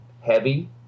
heavy